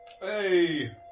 Hey